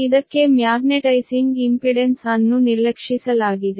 ಇದಕ್ಕೆ magnetising impedance ಅನ್ನು ನಿರ್ಲಕ್ಷಿಸಲಾಗಿದೆ